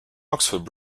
oxford